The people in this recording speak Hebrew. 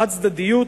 חד-צדדיות